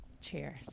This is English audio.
Cheers